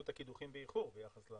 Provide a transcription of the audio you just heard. התחילו את הקידוחים באיחור ביחס ל